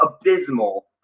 abysmal